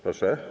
Proszę?